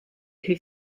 who